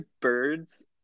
birds